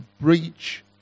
breach